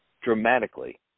dramatically